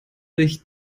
sich